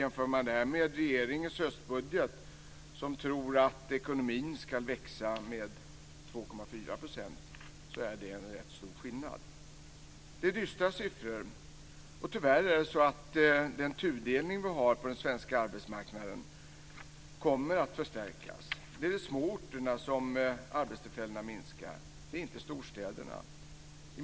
Jämför man med regeringens höstbudget där ekonomin antas växa med 2,4 % är det en rätt stor skillnad. Det är dystra siffror. Tyvärr kommer den tudelning som vi har på den svenska arbetsmarknaden att förstärkas. Det är i de små orterna som antalet arbetstillfällen minskar, det är inte i storstäderna.